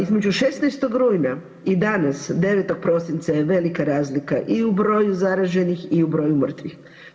Između 16. rujna i danas 9. prosinca je velika razlika i u broju zaraženih i u broju mrtvih.